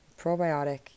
Probiotic